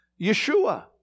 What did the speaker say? Yeshua